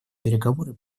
переговоры